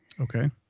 Okay